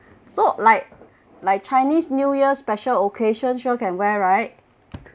so like like chinese new year special occasions sure can wear right